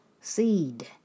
seed